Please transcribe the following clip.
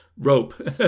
rope